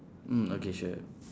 mm okay sure